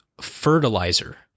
fertilizer